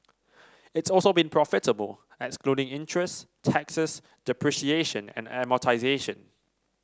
it's also been profitable excluding interest taxes depreciation and amortisation